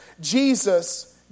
Jesus